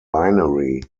binary